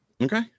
Okay